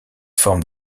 forme